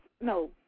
No